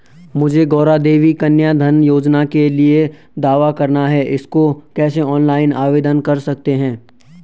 मुझे गौरा देवी कन्या धन योजना के लिए दावा करना है इसको कैसे ऑनलाइन आवेदन कर सकते हैं?